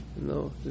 No